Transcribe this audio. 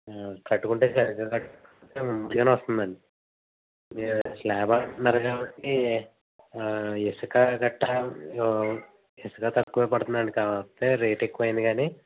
కట్టుకుంటే సరిగా కట్ట్ మంచిగా వస్తుంది అండి మీరు స్లాబ్ అంటున్నారు కాబట్టి ఇసుక గట్టా ఇసుక తక్కువ పడుతుంది అండి కాకపోతే రేట్ ఎక్కువ అయ్యింది కానీ